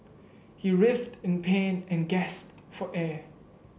he writhed in pain and gasped for air